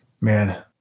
man